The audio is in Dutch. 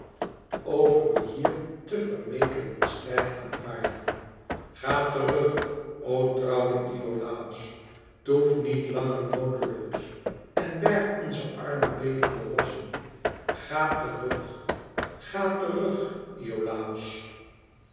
over wie hier te vermetel een strijd aanvaardde ga terug o trouwe iolàos toef niet langer noodeloos en berg onze arme bevende rossen ga terug ga terug iolàos